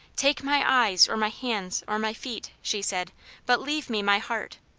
take my eyes, or my hands, or my feet, she said but leave me my heart.